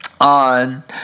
on